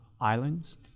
Islands